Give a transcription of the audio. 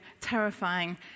terrifying